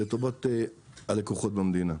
לטובת הלקוחות במדינה.